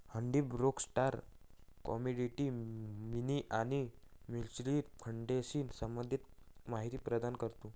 हुंडी broker stock, commodity, money आणि mutual फंडाशी संबंधित माहिती प्रदान करतो